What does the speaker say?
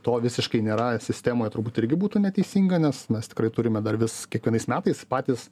to visiškai nėra sistemoj turbūt irgi būtų neteisinga nes mes tikrai turime dar vis kiekvienais metais patys